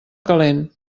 calent